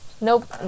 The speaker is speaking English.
nope